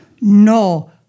no